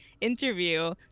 interview